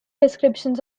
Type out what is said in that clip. descriptions